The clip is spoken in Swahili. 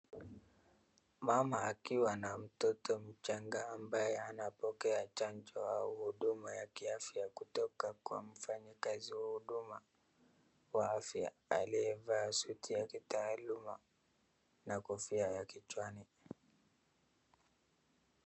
Mama akiwa na mtoto mchanga ambaye anapokea chanjo au huduma ya kiafya kutokaa kwa mfanyikazi wa huduma wa afya aliyevaa suti ya kitaaluma na kofia ya kichwani.